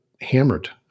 hammered